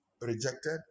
rejected